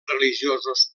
religiosos